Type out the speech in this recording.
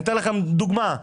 אני אתן לכם דוגמה.